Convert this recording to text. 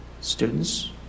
students